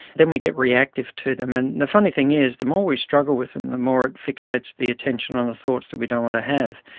then we get reactive to them. and the funny thing is the more we struggle with them the more it fixates the attention on the thoughts that we don't want to have.